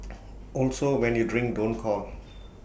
also when you drink don't call